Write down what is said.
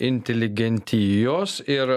inteligentijos ir